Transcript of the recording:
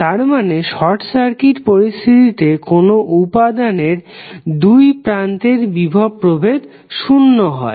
তো তারমানে short circuit পরিস্থিতিতে কোন উপাদানের দুই প্রান্তের বিভব প্রভেদ শূন্য হয়